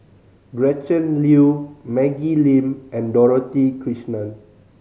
Gretchen Liu Maggie Lim and Dorothy Krishnan